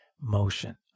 motion